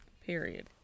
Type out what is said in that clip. Period